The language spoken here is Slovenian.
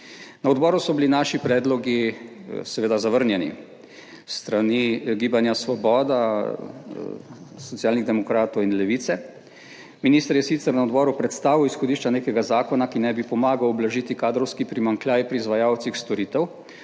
Na odboru so bili naši predlogi seveda zavrnjeni s strani Gibanja Svoboda, Socialnih demokratov in Levice. Minister je sicer na odboru predstavil izhodišča nekega zakona, ki naj bi pomagal ublažiti kadrovski primanjkljaj pri izvajalcih storitev,